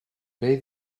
beth